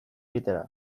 egitera